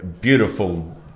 beautiful